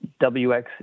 WX